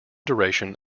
duration